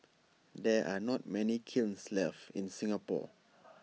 there are not many kilns left in Singapore